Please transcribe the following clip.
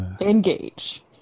Engage